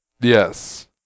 Yes